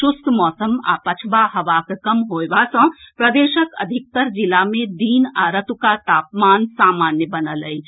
शुष्क मौसम आ पछबा हवाक कम होएबा सऽ प्रदेशक अधिकतर जिला मे दिन आ रातुक तापमान सामान्य बनल अछि